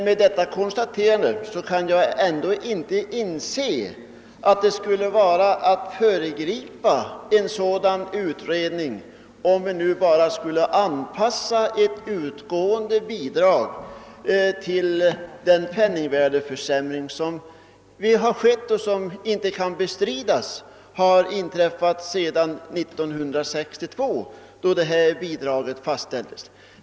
Men jag kan inte inse att vi skulle föregripa utredningen om vi nu skulle anpassa det utgående bidraget till den penningvärdeförsämring som obestridligen ägt rum sedan 1962, då detta bidrag fastställdes.